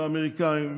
האמריקאים,